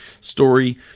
story